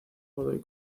godoy